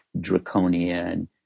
draconian